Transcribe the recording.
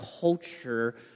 culture